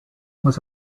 what